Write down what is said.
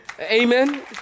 Amen